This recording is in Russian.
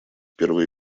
первый